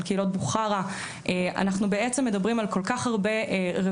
על קהילות בוכרה,